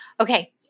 Okay